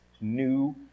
new